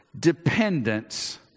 dependence